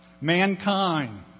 Mankind